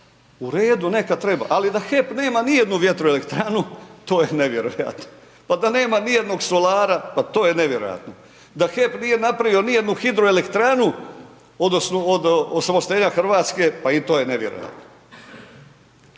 U redu, neka treba, ali da HEP nema ni jednu vjetroelektrana, to je nevjerojatno. Pa da nema ni jednog solara, pa to je nevjerojatno, da HEP nije napravio ni jednu hidroelektranu, od osamostaljenju Hrvatske, pa i to je nevjerojatno.